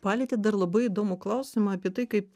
palietėt dar labai įdomų klausimą apie tai kaip